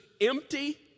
empty